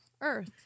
Earth